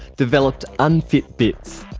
developed unfitbits.